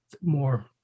more